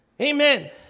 Amen